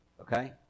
okay